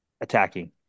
attacking